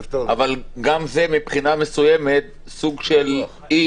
גם זה מבחינה מסוימת סוג של אי